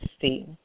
see